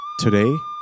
today